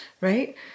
right